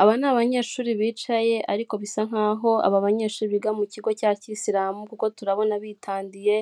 Aba ni abanyeshuri bicaye ariko bisa nkaho aba banyeshuri biga mu kigo cya kiyisiramu, kuko turabona bitandiye,